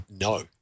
No